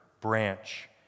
branch